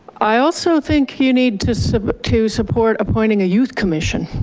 i also think you need to support to support appointing a youth commission,